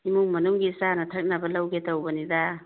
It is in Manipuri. ꯏꯃꯨꯡ ꯃꯅꯨꯡꯒꯤ ꯆꯥꯅ ꯊꯛꯅꯕ ꯂꯧꯒꯦ ꯇꯧꯕꯅꯤꯗ